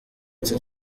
ati